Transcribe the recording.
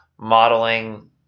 modeling